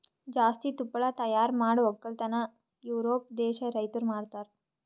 ಜಾಸ್ತಿ ತುಪ್ಪಳ ತೈಯಾರ್ ಮಾಡ್ ಒಕ್ಕಲತನ ಯೂರೋಪ್ ದೇಶದ್ ರೈತುರ್ ಮಾಡ್ತಾರ